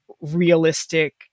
realistic